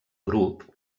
grup